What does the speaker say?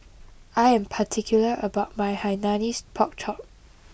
I am particular about my Hainanese Pork Chop